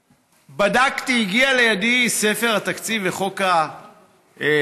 בדקתי, הגיע לידי ספר התקציב לחוק ההסדרים,